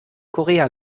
korea